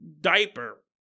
diaper